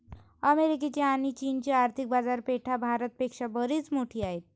अमेरिकेची आणी चीनची आर्थिक बाजारपेठा भारत पेक्षा बरीच मोठी आहेत